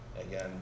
again